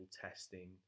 testing